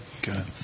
Good